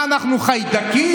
מה, אנחנו חיידקים?